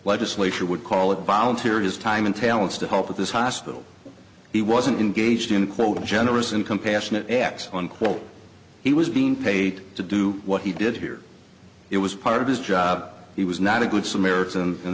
legislature would call it volunteer his time and talents to help with this hospital he wasn't engaged in quote generous and compassionate acts on call he was being paid to do what he did here it was part of his job he was not a good samaritan and